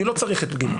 אני לא צריך את (ג).